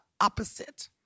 opposite